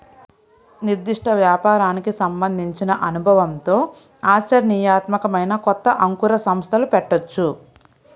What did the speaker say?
నిర్దిష్ట వ్యాపారానికి సంబంధించిన అనుభవంతో ఆచరణీయాత్మకమైన కొత్త అంకుర సంస్థలు పెట్టొచ్చు